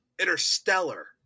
Interstellar